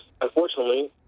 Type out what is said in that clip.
unfortunately